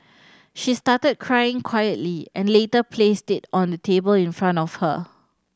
she started crying quietly and later placed it on the table in front of her